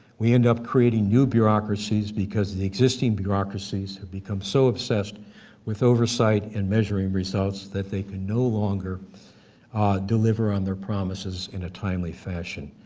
we end up creating new bureaucracies because the existing bureaucracies have become so obsessed with oversight and measuring results that they can no longer deliver on their promises in a timely fashion.